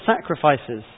sacrifices